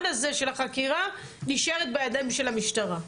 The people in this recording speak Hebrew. הזה של החקירה נשארת בידיים של המשטרה.